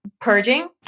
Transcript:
purging